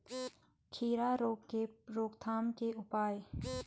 खीरा रोग के रोकथाम के उपाय?